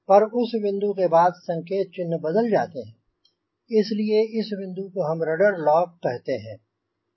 पर उस बिंदु के बाद संकेत चिन्ह बदल जाते हैं इसलिए इस बिंदु को हम रडर लॉक कहते हैं